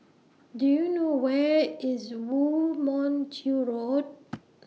Do YOU know Where IS Woo Mon Chew Road